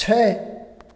छः